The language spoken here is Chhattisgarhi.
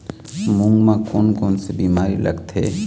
मूंग म कोन कोन से बीमारी लगथे?